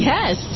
Yes